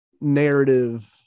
narrative